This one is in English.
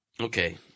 Okay